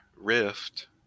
rift